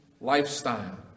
lifestyle